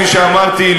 כפי שאמרתי,